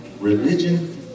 Religion